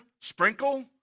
sprinkle